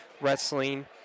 Wrestling